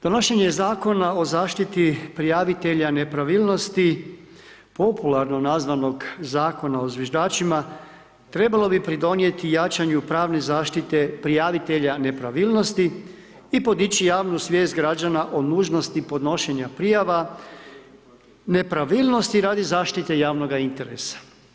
Donošenje Zakona o zaštiti prijavitelja nepravilnosti popularno nazvanog Zakona o zviždačima trebalo bi pridonijeti jačanju pravne zaštite prijavitelja nepravilnosti i podići javnu svijest građana o nužnosti podnošenja prijava nepravilnosti radi zaštite javnoga interesa.